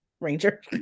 Ranger